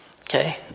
okay